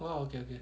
!wow! okay okay